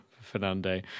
Fernando